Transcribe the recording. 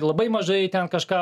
labai mažai ten kažką